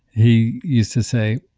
he used to say,